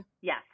Yes